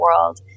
world